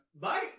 Bye